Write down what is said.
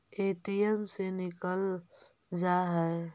ATM से निकल जा है?